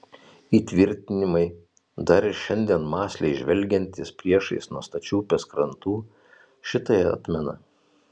įtvirtinimai dar ir šiandien mąsliai žvelgiantys priešais nuo stačių upės krantų šitai atmena